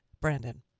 brandon